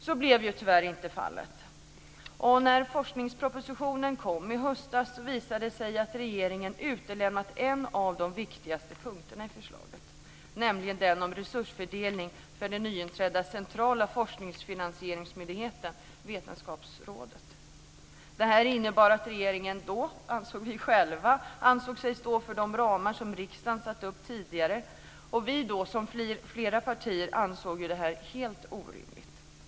Så blev tyvärr inte fallet. När forskningspropositionen kom i höstas visade det sig i stället att regeringen utelämnat en av de viktigaste punkterna i förslaget, nämligen den om resursfördelningen för den nyinrättade centrala forskningsfinansieringsmyndigheten, Vetenskapsrådet. Detta innebar att regeringen själv ansåg sig stå för de ramar som riksdagen tidigare satt upp. Vi, liksom flera partier, ansåg detta helt orimligt.